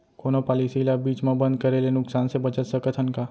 कोनो पॉलिसी ला बीच मा बंद करे ले नुकसान से बचत सकत हन का?